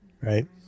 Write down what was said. right